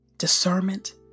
discernment